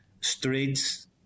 streets